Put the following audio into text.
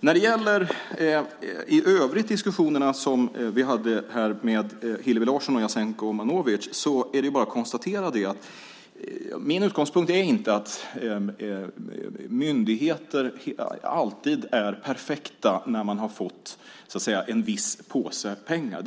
när det gäller de diskussioner som vi tidigare hade här med Hillevi Larsson och Jasenko Omanovic bara att konstatera att min utgångspunkt inte är att myndigheter alltid är perfekta när de fått en viss påse pengar.